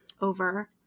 over